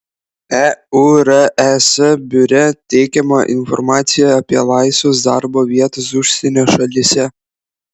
eures biure teikiama informacija apie laisvas darbo vietas užsienio šalyse